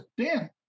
Dan